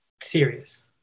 serious